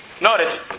Notice